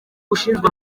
ushinzwe